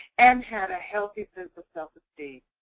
and had a healthy sense of self-esteem.